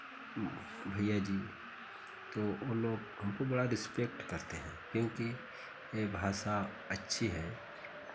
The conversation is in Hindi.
भैया जी तो वो लोग हमको बड़ा रिस्पेक्ट करते हैं क्योंकि ये भाषा अच्छी है